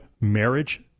marriage